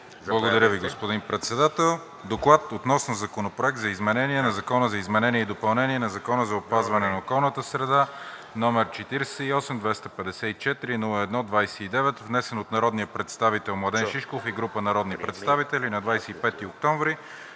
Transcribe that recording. Благодаря Ви, господин Председател. „Доклад относно Законопроект за изменение на Закона за изменение и допълнение на Закона за опазване на околната среда, № 48 254 01 29, внесен от народния представител Младен Шишков и група народни представители на 25 октомври